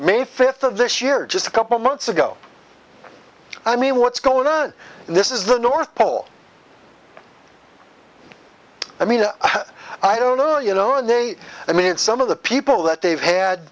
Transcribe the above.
may fifth of this year just a couple months ago i mean what's going on this is the north pole i mean i don't know you know they i mean some of the people that they've had